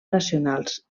nacionals